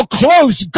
close